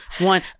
one